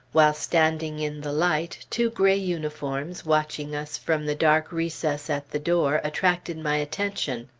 while standing in the light, two gray uniforms, watching us from the dark recess at the door, attracted my attention.